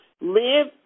live